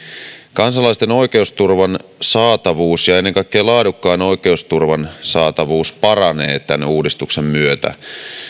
kansalaisten oikeusturvan saatavuus ja ja ennen kaikkea laadukkaan oikeusturvan saatavuus paranee tämän uudistuksen myötä